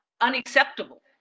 unacceptable